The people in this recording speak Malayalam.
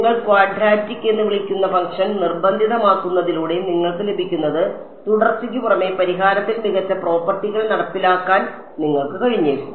നിങ്ങൾ ക്വാഡ്രാറ്റിക് എന്ന് വിളിക്കുന്ന ഫംഗ്ഷൻ നിർബന്ധിതമാക്കുന്നതിലൂടെ നിങ്ങൾക്ക് ലഭിക്കുന്നത് തുടർച്ചയ്ക്ക് പുറമെ പരിഹാരത്തിൽ മികച്ച പ്രോപ്പർട്ടികൾ നടപ്പിലാക്കാൻ നിങ്ങൾക്ക് കഴിഞ്ഞേക്കും